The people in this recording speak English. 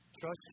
Trust